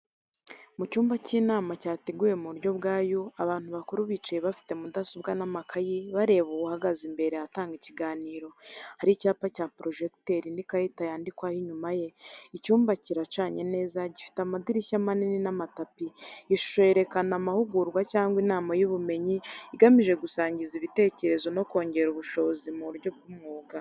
Mu cyumba cy’inama cyateguwe mu buryo bwa U, abantu bakuru bicaye bafite mudasobwa n’amakayi, bareba uwuhagaze imbere atanga ikiganiro. Hari icyapa cya porojekiteri n’ikarita yandikwaho inyuma ye. Icyumba kiracanye neza, gifite amadirishya manini n’amatapi. Iyi shusho yerekana amahugurwa cyangwa inama y’ubumenyi, igamije gusangiza ibitekerezo no kongera ubushobozi mu buryo bw’umwuga.